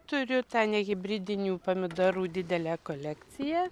turiu ten hibridinių pomidorų didelę kolekciją